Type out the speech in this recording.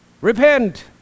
Repent